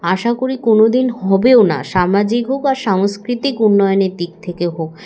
আশা করি কোনো দিন হবেও না সামাজিক হোক আর সাংস্কৃতিক উন্নয়নের দিক থেকে হোক